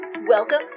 Welcome